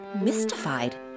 mystified